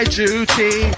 duty